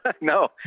No